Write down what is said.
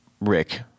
rick